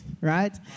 right